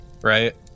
right